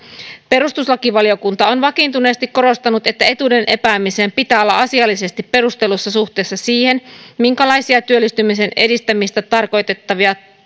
perustuslakivaliokunta on vakiintuneesti korostanut että etuuden epäämisen pitää olla asiallisesti perustellussa suhteessa siihen minkälaisia työllistymisen edistämistä tarkoittavia